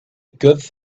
good